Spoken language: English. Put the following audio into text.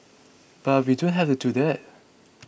but we don't have to do that